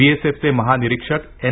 बी एस एफचे महानिरीक्षक एन